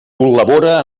col·labora